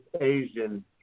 Asian